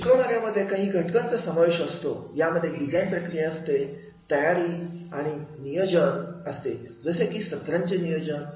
शिकवण यामध्ये काही घटकांचा समावेश असतो यामध्ये डिझाईन प्रक्रिया असते तयारी आणि नियोजन असते जसे की सत्रांचे नियोजन